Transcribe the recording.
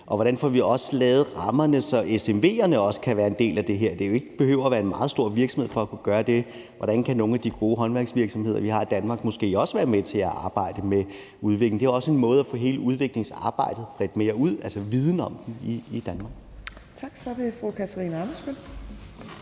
og hvordan vi får lavet rammerne, så SMV'erne også kan være en del af det her – man behøver jo ikke være en meget stor virksomhed for at kunne gøre det. Hvordan kan nogle af de gode håndværksvirksomheder, vi har i Danmark, måske også være med til at arbejde med udviklingen? Det er også en måde at få hele udviklingsarbejdet bredt mere ud, altså via viden om det i Danmark. Kl. 15:30 Tredje næstformand